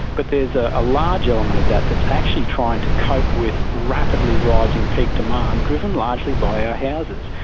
but there's a ah large element of that that's actually trying to cope with rapidly rising peak demand, driven largely by our houses.